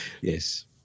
Yes